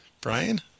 Brian